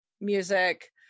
music